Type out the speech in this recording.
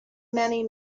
many